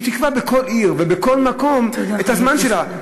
שהיא תקבע בכל עיר ובכל מקום את הזמן שלה.